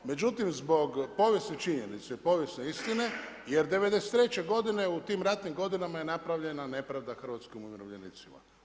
Međutim zbog povijesne činjenice i povijesne istine jer '93. godine u tim ratnim godinama je napravljena nepravda hrvatskim umirovljenicima.